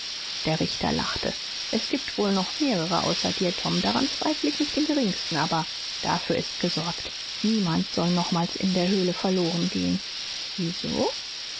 der richter lachte s gibt wohl noch mehrere außer dir tom daran zweifle ich nicht im geringsten aber dafür ist gesorgt niemand soll nochmals in der höhle verloren gehen wieso